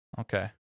Okay